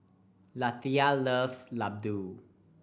Lethia loves laddu